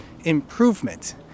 improvement